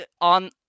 on